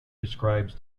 describes